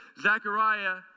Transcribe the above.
Zechariah